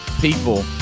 people